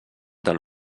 del